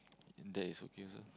and that is okay also